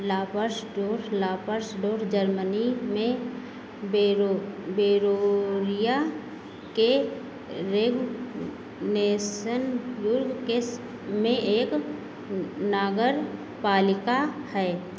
Lappersdorf Lappersdorf Germany में बेरो बेरोरिया के नेसनबुर्ग के में एक नगरपालिका है